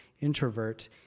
introvert